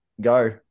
go